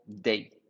day